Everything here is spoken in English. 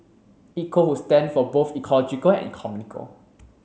Eco would stand for both ecological and economical